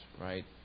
right